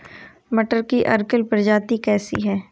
मटर की अर्किल प्रजाति कैसी है?